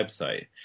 website